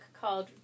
called